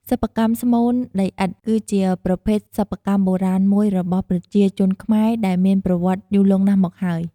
សិប្បកម្មស្មូនដីឥដ្ឋ គឺជាប្រភេទសិប្បកម្មបុរាណមួយរបស់ប្រជាជនខ្មែរដែលមានប្រវត្តិយូរលង់ណាស់មកហើយ។